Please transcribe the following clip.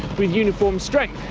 with uniform strength.